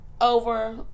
Over